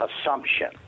assumption